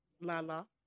Lala